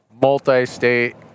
multi-state